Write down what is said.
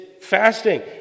fasting